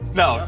no